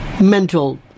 mental